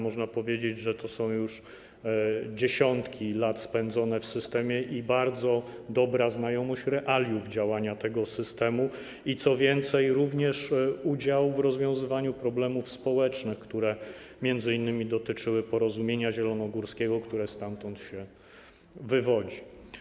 Można powiedzieć, że to są już dziesiątki lat spędzone w systemie i bardzo dobra znajomość realiów działania tego systemu, co więcej, również udział w rozwiązywaniu problemów społecznych, które m.in. dotyczyły Porozumienia Zielonogórskiego, które stamtąd się wywodzi.